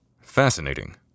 Fascinating